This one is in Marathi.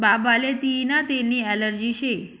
बाबाले तियीना तेलनी ॲलर्जी शे